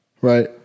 right